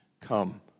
come